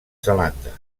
zelanda